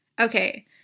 Okay